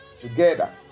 together